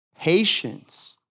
patience